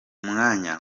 mwanya